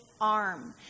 arm